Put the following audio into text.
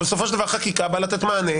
אבל בסופו של דבר חקיקה באה לתת מענה